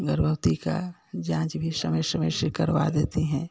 गर्भवती का जाँच भी समय समय से करवा देती हैं